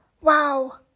wow